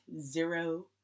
zero